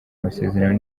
masezerano